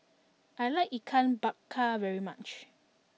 I like Ikan Bakar very much